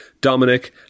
Dominic